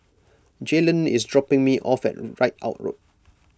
Jaylen is dropping me off at Ridout Road